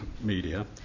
media